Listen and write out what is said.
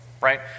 right